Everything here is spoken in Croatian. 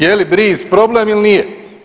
Je li bris problem ili nije?